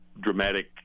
dramatic